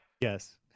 Yes